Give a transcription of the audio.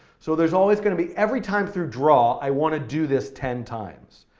so there's always going to be, every time through draw, i want to do this ten times.